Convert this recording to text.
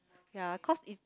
ya cause it